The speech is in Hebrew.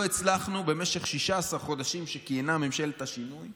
במשך 16 חודשים שבהם כיהנה ממשלת השינוי,